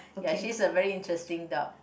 ya she's a very interesting dog